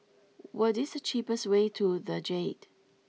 what is the cheapest way to The Jade